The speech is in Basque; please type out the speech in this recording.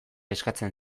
eskatzen